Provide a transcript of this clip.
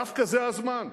דווקא זה הזמן,